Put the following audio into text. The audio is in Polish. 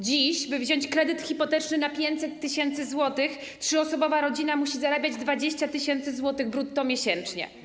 Dziś, by wziąć kredyt hipoteczny na 500 tys. zł, trzyosobowa rodzina musi zarabiać 20 tys. zł brutto miesięcznie.